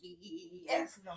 Yes